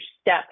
step